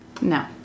No